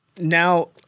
now